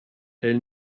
elle